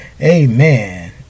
Amen